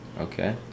Okay